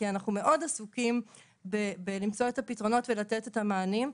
כי אנחנו מאוד עסוקים בלמצוא את הפתרונות ולתת את המענים,